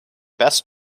best